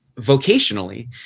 vocationally